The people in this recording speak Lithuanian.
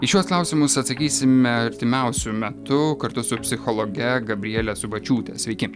į šiuos klausimus atsakysime artimiausiu metu kartu su psichologe gabriele subačiūte sveiki